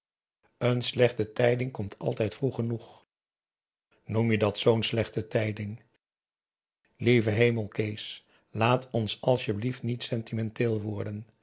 een slechte tijding komt altijd vroeg genoeg noem je dat zoo'n slechte tijding lieve hemel kees laat ons asjeblieft niet sentimenteel worden